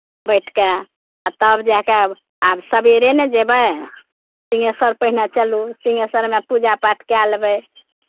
बैठ कऽ आ तब जाय कऽ आब सवेरे ने जेबै सिंहेश्वर पहिने चलू सिंहेश्वरमे पूजा पाठ कए लेबै